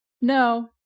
No